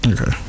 Okay